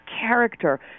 character